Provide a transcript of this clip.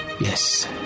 Yes